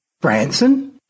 Branson